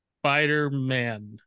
spider-man